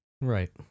Right